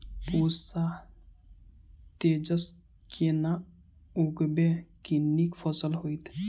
पूसा तेजस केना उगैबे की नीक फसल हेतइ?